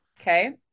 okay